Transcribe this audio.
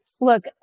look